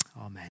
amen